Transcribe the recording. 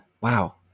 Wow